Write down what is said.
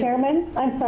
chairman i'm sorry,